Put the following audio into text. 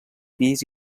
pis